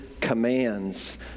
commands